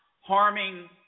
harming